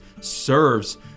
serves